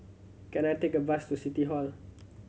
can I take a bus to City Hall